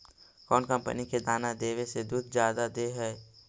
कौन कंपनी के दाना देबए से दुध जादा दे है?